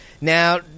Now